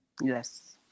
Yes